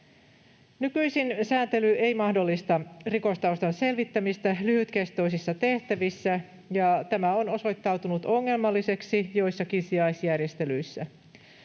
Nykyisin sääntely ei mahdollista rikostaustan selvittämistä lyhytkestoisissa tehtävissä, ja tämä on osoittautunut ongelmalliseksi joissakin sijaisjärjestelyissä.